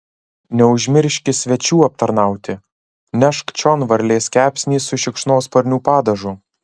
neužmirški svečių aptarnauti nešk čion varlės kepsnį su šikšnosparnių padažu